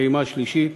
הפעימה השלישית,